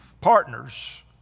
partners